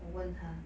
我问他